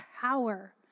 power